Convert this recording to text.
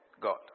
God